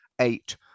eight